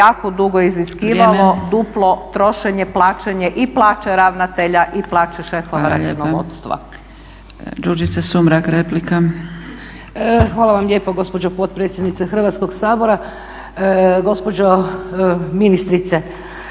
jako dugo iziskivalo duplo trošenje, plaćanje i plaće ravnatelja i plaće šefova računovodstva.